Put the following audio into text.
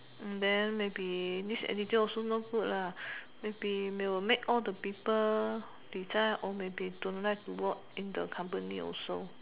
then maybe this attitude also no good lah maybe will make all the people resign or maybe don't like to work in the company also